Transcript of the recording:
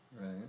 Right